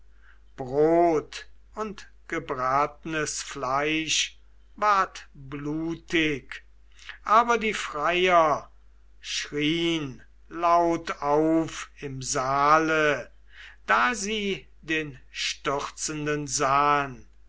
brot und gebratenes fleisch ward blutig aber die freier schrien laut auf im saale da sie den stürzenden sahen